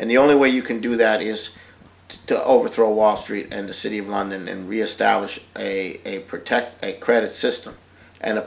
and the only way you can do that is to overthrow a wall street and the city of london and reestablish a protect a credit system and the